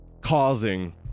causing